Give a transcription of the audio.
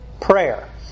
prayer